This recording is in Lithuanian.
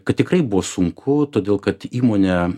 kad tikrai buvo sunku todėl kad įmonę